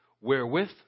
Wherewith